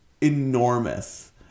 enormous